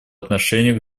отношению